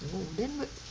oh then